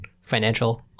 financial